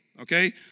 okay